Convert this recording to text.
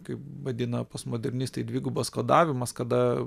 kaip vadina postmodernistai dvigubas kodavimas kada